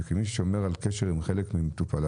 וכמי ששומר על קשר עם חלק ממטופליו,